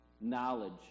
knowledge